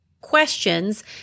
questions